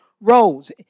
roles